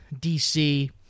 DC